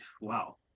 wow